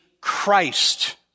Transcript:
Christ